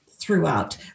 throughout